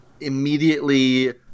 immediately